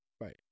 Right